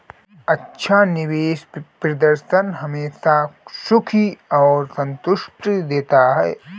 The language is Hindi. अच्छा निवेश प्रदर्शन हमेशा खुशी और संतुष्टि देता है